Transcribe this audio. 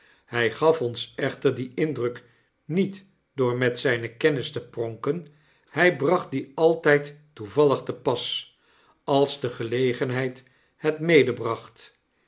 hy gaf ons echter dien indruk niet door met zijne kennis te pronken hy bracht die altyd toevallig te pas als de gelegenheid het